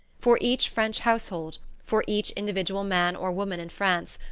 for each french household, for each individual man or woman in france,